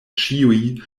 ĉiuj